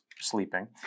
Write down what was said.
sleeping